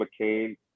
McCain